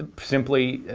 ah simply,